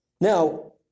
Now